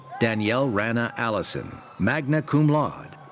danielle rana allison, magna cum laude.